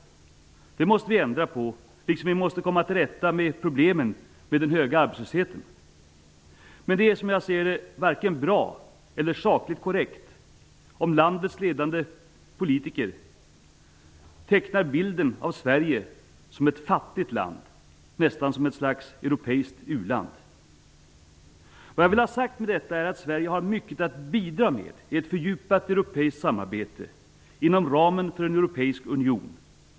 Det måste vi ändra på, liksom vi måste komma till rätta med problemen med den höga arbetslösheten. Men det är, som jag ser det, varken bra eller sakligt korrekt om landets ledande politiker tecknar bilden av Sverige som ett fattigt land, nästan som ett slags europeiskt u-land. Vad jag vill ha sagt med detta är att Sverige har mycket att bidra med i ett fördjupat europeiskt samarbete inom ramen för den europeiska unionen.